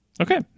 Okay